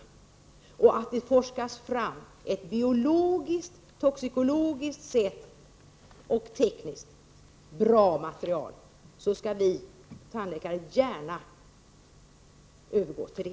Se till att det forskas fram ett biologiskt, tekniskt och ur toxikologisk synpunkt bra material, så skall vi tandläkare gärna använda det.